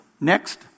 Next